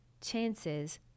chances